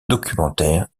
documentaires